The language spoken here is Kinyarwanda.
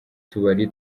tubari